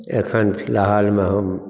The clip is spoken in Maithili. एखन फिलहालमे हम